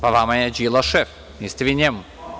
Pa, vama je Đilas šef, niste vi njemu.